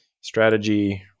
strategy